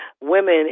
women